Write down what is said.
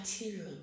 material